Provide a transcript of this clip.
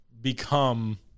become